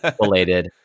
related